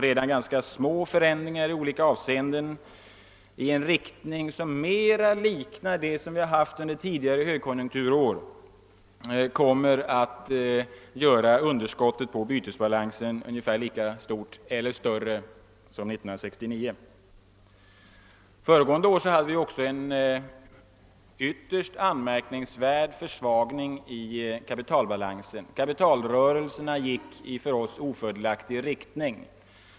Redan ganska små förändringar i olika avseenden i en riktning, som mera liknar vad vi sett under föregående högkonjunkturår, kommer att göra underskottet i bytesbalansen ungefär lika stort som eller större än år 1969. Föregående år hade vi också en ytterst anmärkningsvärd försvagning i kapitalbalansen. Kapitalrörelserna gick i en för oss ofördelaktig riktning.